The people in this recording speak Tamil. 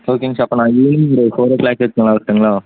ஓகேங்க சார் அப்போ நான் ஈவ்னிங் ஒரு ஃபோர் ஓ க்ளாக் எடுத்துன்னு வரட்டுங்களா